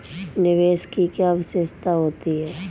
निवेश की क्या विशेषता होती है?